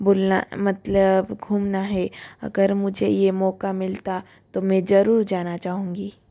मतलब घूमना है अगर मुझे ये मौका मिलता तो मैं जरूर जाना चाहूँगी